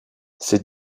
ces